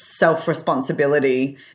self-responsibility